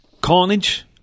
carnage